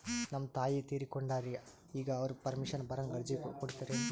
ನಮ್ ತಾಯಿ ತೀರಕೊಂಡಾರ್ರಿ ಈಗ ಅವ್ರ ಪೆಂಶನ್ ಬರಹಂಗ ಅರ್ಜಿ ಕೊಡತೀರೆನು?